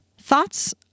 Thoughts